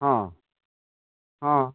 ହଁ ହଁ